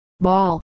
Ball